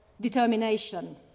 determination